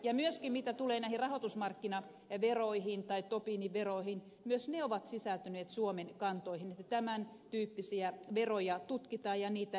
ja mitä tulee näihin rahoitusmarkkinaveroihin tai tobinin veroihin myös ne ovat sisältyneet suomen kantoihin että tämän tyyppisiä veroja tutkitaan ja niitä edistetään